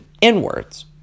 inwards